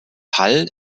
hall